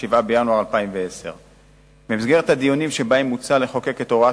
7 בינואר 2010. במסגרת הדיונים שבהם הוצע לחוקק את הוראת